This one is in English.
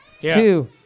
two